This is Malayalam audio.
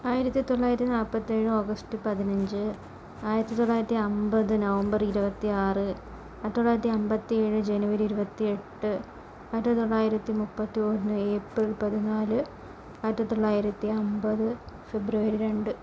ആയിരത്തി തൊള്ളായിരത്തി നാൽപ്പത്തേഴ് ഓഗസ്റ്റ് പതിനഞ്ച് ആയിരത്തി തൊള്ളായിരത്തി അമ്പത് നവംബർ ഇരുപത്തി ആറ് ആയിരത്തി തൊള്ളായിരത്തി അമ്പത്തി ഏഴ് ജനുവരി ഇരുപത്തി എട്ട് ആയിരത്തി തൊള്ളായിരത്തി മുപ്പത്തി ഒന്ന് ഏപ്രിൽ പതിനാല് ആയിരത്തി തൊള്ളായിരത്തി അമ്പത് ഫെബ്രുവരി രണ്ട്